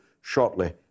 shortly